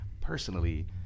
personally